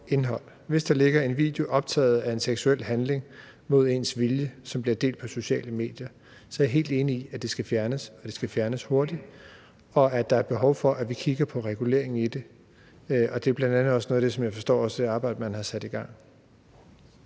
indhold, hvis der ligger en video af en seksuel handling optaget imod ens vilje, og som bliver delt på sociale medier, så er jeg helt enig i, at den skal fjernes, og at den skal fjernes hurtigt, og at der er behov for, at vi kigger på reguleringen af det. Det er bl.a. noget af det, som jeg også forstår der er sat et arbejde i gang